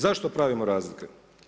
Zašto pravimo razlike?